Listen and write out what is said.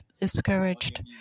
discouraged